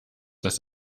dass